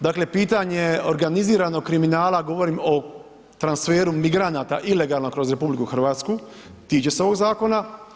Dakle pitanje organiziranog kriminala, govorim o transferu migranata ilegalno kroz RH, tiče se ovog zakona.